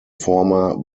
former